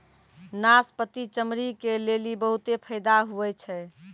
नाशपती चमड़ी के लेली बहुते फैदा हुवै छै